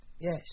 Yes